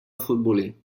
futbolí